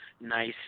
nice